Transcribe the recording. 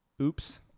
Oops